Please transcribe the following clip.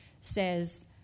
says